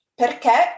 perché